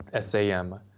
SAM